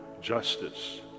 justice